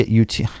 UT